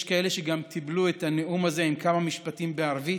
יש כאלה שגם תיבלו את הנאום הזה עם כמה משפטים בערבית,